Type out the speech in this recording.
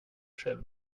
själv